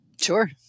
Sure